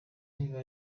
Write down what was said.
niba